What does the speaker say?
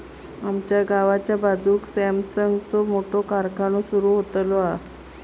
आमच्या गावाच्या बाजूक सॅमसंगचो मोठो कारखानो सुरु होतलो हा